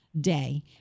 day